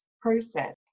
process